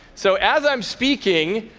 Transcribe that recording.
so as i'm speaking